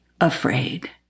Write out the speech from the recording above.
afraid